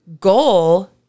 goal